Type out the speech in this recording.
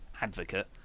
advocate